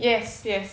yes yes